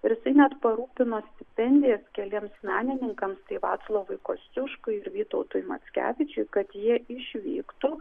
ir jisai net parūpino stipendijas keliems menininkams tai vaclovui kosciuškai ir vytautui mackevičiui kad jie išvyktų